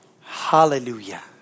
Hallelujah